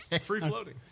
Free-floating